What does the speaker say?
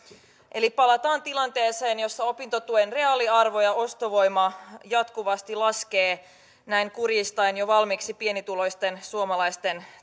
eli palataan tilanteeseen jossa opintotuen reaaliarvo ja ostovoima jatkuvasti laskevat näin kurjistaen jo valmiiksi pienituloisten suomalaisten